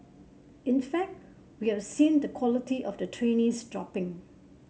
in fact we have seen the quality of the trainees dropping